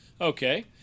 Okay